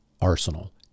arsenal